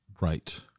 Right